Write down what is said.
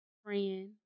friend